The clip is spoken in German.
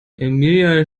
emilia